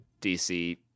DC